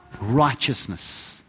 righteousness